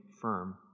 firm